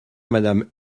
madame